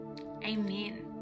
amen